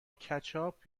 کچاپ